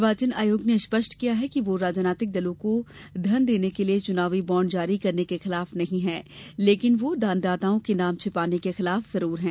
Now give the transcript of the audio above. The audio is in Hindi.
निर्वाचन आयोग ने स्पष्ट किया कि वह राजनीतिक दलों को धन देने के लिए चुनावी बॉण्ड जारी करने के खिलाफ नहीं है लेकिन वह दानदाताओं के नाम छिपाने के खिलाफ जरूर है